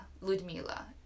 Ludmila